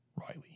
Riley